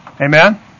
Amen